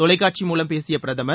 தொலைக்காட்சி மூலம் பேசிய பிரதமர்